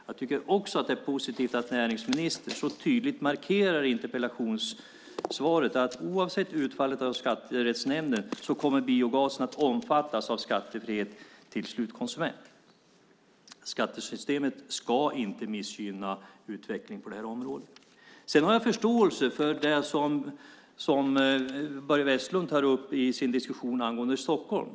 Jag tycker också att det är positivt att näringsministern så tydligt markerar i interpellationssvaret att oavsett utfallet i Skatterättsnämnden kommer biogasen att omfattas av skattefrihet till slutkonsument. Skattesystemet ska inte missgynna utvecklingen på det här området. Sedan har jag förståelse för det som Börje Vestlund tar upp i sin diskussion om Stockholm.